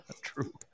True